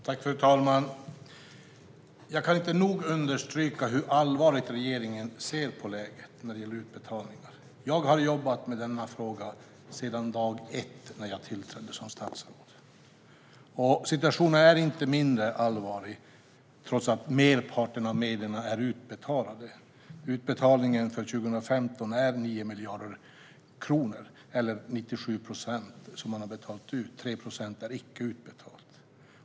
Fru talman! Jag kan inte nog understryka hur allvarligt regeringen ser på läget när det gäller utbetalningarna. Jag har jobbat med denna fråga sedan dag ett när jag tillträdde som statsråd. Situationen är inte mindre allvarlig, trots att merparten av medlen är utbetalda. Utbetalningen för 2015 var 9 miljarder kronor eller 97 procent. 3 procent är icke utbetalt.